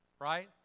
right